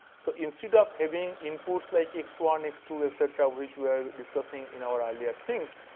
so instead of having inputs like x one, x two, etc, which we're discussing in our earlier things,